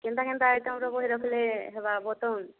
କେନ୍ତା କେନ୍ତା ଆଇଟମର ବହି ରଖିଲେ ହେବା ବତଉନ୍